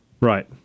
right